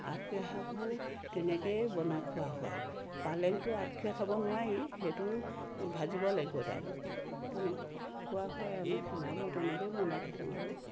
আঠখৰীয়া শাকবোৰ তেনেকৈয়ে বনাই খোৱা হয় পালেংটো আঠখৰীয়া খাব নোৱাৰি সেইটো ভাজিব লাগিব দাইলত তেনেকৈ খোৱা হয় আৰু আমি খানাবোৰ তেনেকৈয়ে বনাই থাকোঁ আৰু